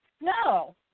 No